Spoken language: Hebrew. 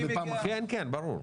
ברור.